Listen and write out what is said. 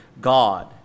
God